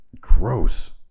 Gross